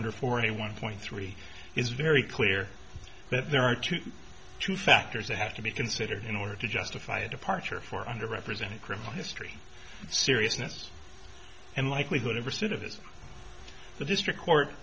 under for a one point three is very clear but there are two two factors that have to be considered in order to justify a departure for under represented criminal history seriousness and likelihood of recidivism the district court